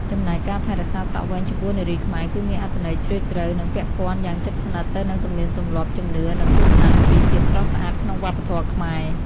ចំណែកការថែរក្សាសក់វែងចំពោះនារីខ្មែរ គឺមានអត្ថន័យជ្រាលជ្រៅ និងពាក់ព័ន្ធយ៉ាងជិតស្និទ្ធទៅនឹងទំនៀមទម្លាប់ ជំនឿ និងទស្សនៈអំពីភាពស្រស់ស្អាតក្នុងវប្បធម៌ខ្មែរ។